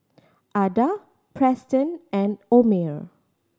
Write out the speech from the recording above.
Ada Preston and Omer